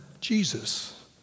Jesus